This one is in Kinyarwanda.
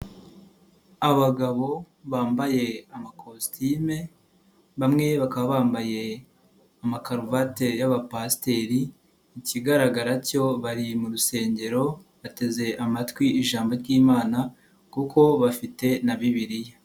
Abagabo bambaye amakositime bamwe bakaba bambaye amakaruvati y'abapasiteri ikigaragara cyo bari mu rusengero bateze amatwi ijambo ry'Imana kuko bafite na Bibiliya.